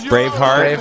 Braveheart